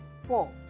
Four